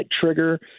trigger